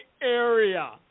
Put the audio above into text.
area